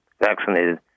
vaccinated